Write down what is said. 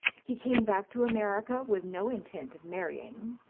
he came back to america with no intent of marrying.